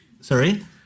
Sorry